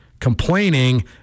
Complaining